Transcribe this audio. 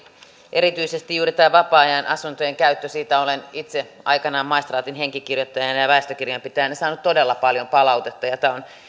erityisesti juuri tästä vapaa ajan asuntojen käytöstä olen itse aikanaan maistraatin henkikirjoittajana ja väestökirjanpitäjänä saanut todella paljon palautetta ja tämä on